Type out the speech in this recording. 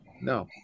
No